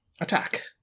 attack